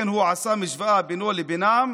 הוא עשה השוואה בינו לבינם,